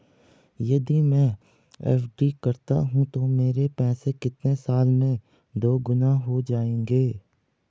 यदि मैं एफ.डी करता हूँ तो मेरे पैसे कितने साल में दोगुना हो जाएँगे?